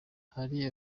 hari